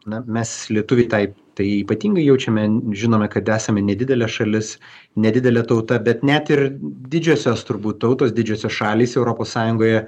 na mes lietuviai tą tai ypatingai jaučiame žinome kad esame nedidelė šalis nedidelė tauta bet net ir didžiosios turbūt tautos didžiosios šalys europos sąjungoje